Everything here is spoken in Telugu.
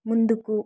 ముందుకు